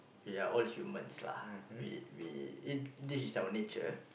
we are all humans lah we we it this is our only cheer